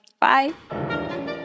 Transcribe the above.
bye